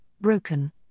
broken